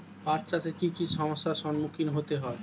পাঠ চাষে কী কী সমস্যার সম্মুখীন হতে হয়?